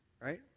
right